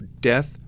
death